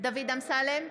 דוד אמסלם,